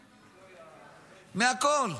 מהכול.